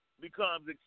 becomes